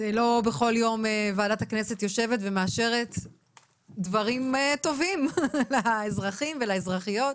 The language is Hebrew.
לא בכל יום ועדת הכנסת יושבת ומאשרת דברים טובים לאזרחים ולאזרחיות.